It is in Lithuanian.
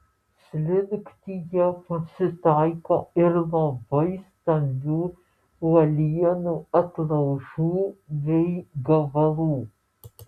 slinktyje pasitaiko ir labai stambių uolienų atlaužų bei gabalų